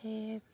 সেই